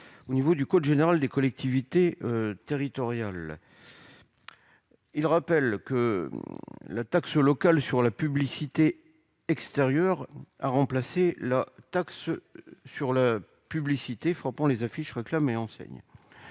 au niveau du code général des collectivités territoriales, il rappelle que la taxe locale sur la publicité extérieure a remplacé la taxe sur la publicité frappant les affiches, réclames et enseignes